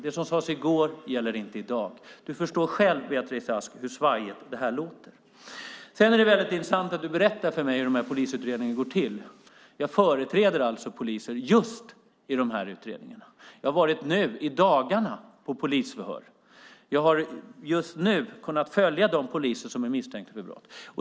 Det som sades i går gäller inte i dag. Du förstår själv, Beatrice Ask, hur svajigt det här låter. Sedan är det väldigt intressant att du berättar för mig hur de här polisutredningarna går till. Jag företräder alltså poliser just i sådana utredningar. Jag har nu i dagarna varit på polisförhör och kunnat följa de poliser som är misstänkta för brott.